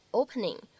opening